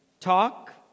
talk